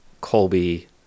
Colby